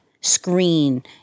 screen